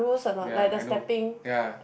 ya I know ya